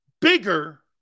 bigger